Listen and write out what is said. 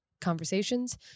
conversations